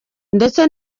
ndetse